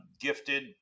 gifted